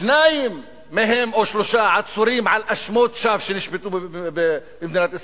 שניים או שלושה עצורים על אשמות שנשפטו במדינת ישראל,